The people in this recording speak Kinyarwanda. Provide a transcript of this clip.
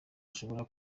ashobora